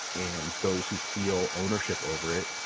and those who feel ownership over it